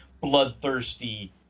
bloodthirsty